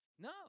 No